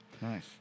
Nice